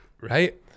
Right